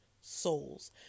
souls